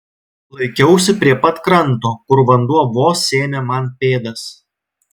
laikiausi prie pat kranto kur vanduo vos sėmė man pėdas